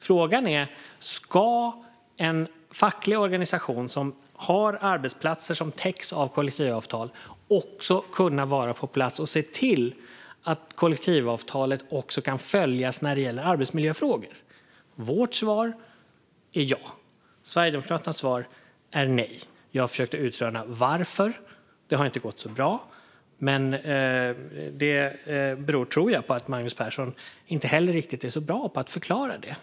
Frågan är: Ska en facklig organisation som har arbetsplatser som täcks av kollektivavtal kunna vara på plats och se till att kollektivavtalet kan följas också när det gäller arbetsmiljöfrågor? Vårt svar är ja. Sverigedemokraternas svar är nej. Jag har försökt utröna varför. Det har inte gått så bra. Men det beror på, tror jag, att Magnus Persson inte är så bra på att förklara det.